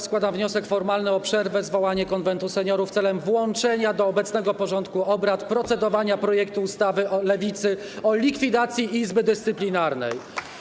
Składam wniosek formalny o przerwę i zwołanie Konwentu Seniorów celem włączenia do obecnego porządku obrad sprawy procedowania projektu ustawy Lewicy o likwidacji Izby Dyscyplinarnej.